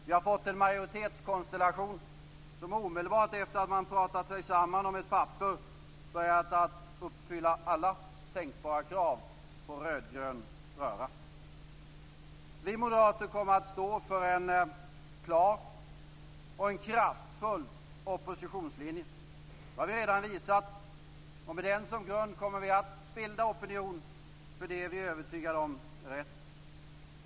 Vi har fått en majoritetskonstellation som omedelbart efter att man har pratat sig samman om ett papper börjat uppfylla alla tänkbara krav på rödgrön röra. Vi moderater kommer att stå för en klar och en kraftfull oppositionslinje. Det har vi redan visat, och med den som grund kommer vi att bilda opinion för det vi är övertygade om är rätt.